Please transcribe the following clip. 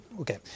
okay